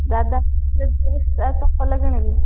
ଦାଦା ଭଲ କିଣିବି